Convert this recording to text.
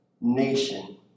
nation